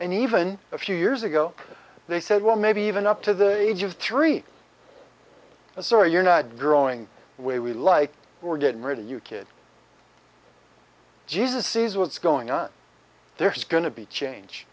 and even a few years ago they said well maybe even up to the age of three a sorry you're not growing way we like we're getting rid of you kid jesus sees what's going on there is going to be change